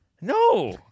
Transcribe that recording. No